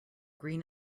green